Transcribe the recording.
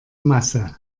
masse